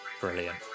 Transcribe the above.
Brilliant